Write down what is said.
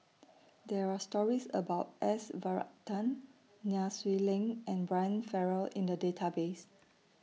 There Are stories about S Varathan Nai Swee Leng and Brian Farrell in The Database